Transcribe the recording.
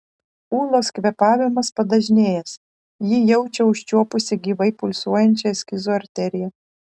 ūlos kvėpavimas padažnėjęs ji jaučia užčiuopusi gyvai pulsuojančią eskizo arteriją